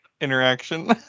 interaction